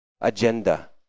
agenda